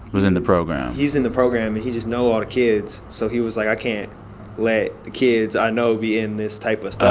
was in the program he's in the program, and he just know all the kids. so he was like, i can't let the kids i know be in this type of stuff